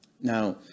Now